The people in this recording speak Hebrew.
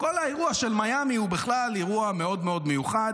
כל האירוע של מיאמי הוא בכלל אירוע מאוד מאוד מיוחד.